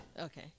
Okay